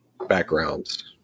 backgrounds